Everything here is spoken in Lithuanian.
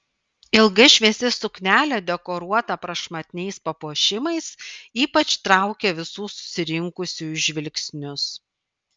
ilga šviesi suknelė dekoruota prašmatniais papuošimais ypač traukė visų susirinkusiųjų žvilgsnius